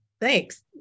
Thanks